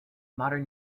modern